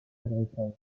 agricoles